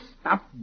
Stop